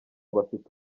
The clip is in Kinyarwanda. bafite